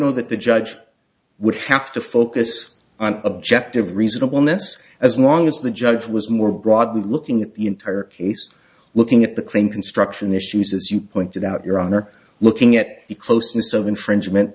know that the judge would have to focus on objective reasonableness as long as the judge was more broadly looking at the entire case looking at the claim construction issues as you pointed out your honor looking at the closeness of infringement